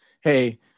hey